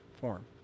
form